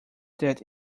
that